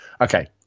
okay